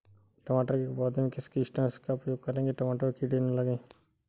टमाटर के पौधे में किस कीटनाशक का उपयोग करें कि टमाटर पर कीड़े न लगें?